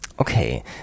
Okay